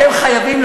אתם חייבים,